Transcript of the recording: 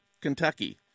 Kentucky